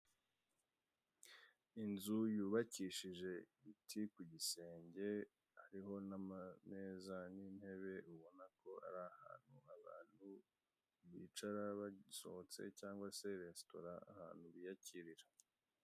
Inzu yubakishije ibiti kugisenge hariho namameza nintebe ubonako Ari ahantu abantu bicara basohotse cyangwa se resitora ahantu biyakirira.